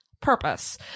purpose